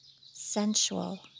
sensual